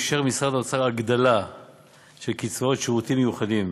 אישר משרד האוצר הגדלה של קצבאות שירותים מיוחדים,